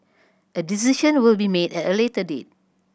a decision will be made at a later date